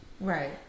right